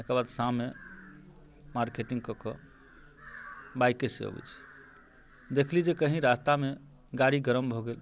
ओकरबाद शाममे मार्केटिङ्ग कऽ कऽ बाइकेसँ अबै छी देखली जे कहीँ रस्तामे गाड़ी गरम भऽ गेल